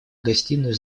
гостиную